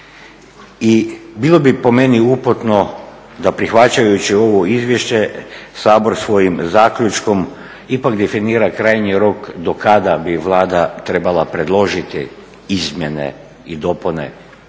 i bilo bi po meni upitno da prihvaćajući ovo izvješće Sabor svojim zaključkom ipak definira krajnji rok do kada bi Vlada trebala predložiti izmjene i dopune popravljanja